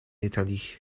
italie